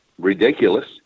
ridiculous